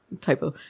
Typo